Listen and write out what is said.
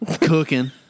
cooking